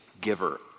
giver